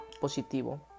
positivo